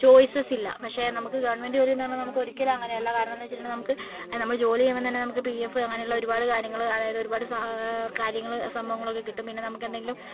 ചോയ്സസ്സില്ല പക്ഷേ നമുക്ക് ഗവൺമെൻറ് ജോലിയെന്ന് പറഞ്ഞാൽ നമുക്ക് ഒരിക്കലും അങ്ങനെയല്ല കാരണമെന്ന് വെച്ചിട്ടുണ്ടെങ്കിൽ നമുക്ക് നമ്മൾ ജോലി ചെയുമ്പോൾ തന്നെ നമുക്ക് പി എഫ് അങ്ങനെയുള്ള ഒരുപാട് കാര്യങ്ങൾ അതായത് ഒരുപാട് സാ കാര്യങ്ങൾ സംഭവങ്ങളൊക്കെ കിട്ടും പിന്നെ നമുക്കെന്തെങ്കിലും